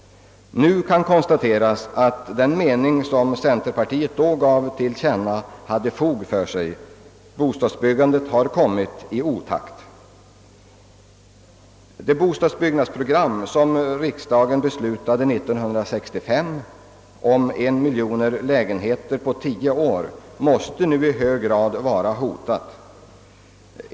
Nu kan konstateras att den mening centerpartiet då gav till känna hade fog för sig. Bostadsbyggandet har kommit i otakt. Det bostadsbyggnadsprogram, som riksdagen fattade beslut om år 1965 och som gick ut på en miljon lägenheter på tio år, måste nu i hög grad vara hotat.